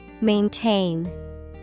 Maintain